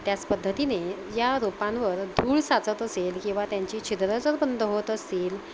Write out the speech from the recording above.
त्याच पद्धतीने या रोपांवर धूळ साचत असेल किंवा त्यांची छिद्र जर बंद होत असतील